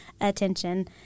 attention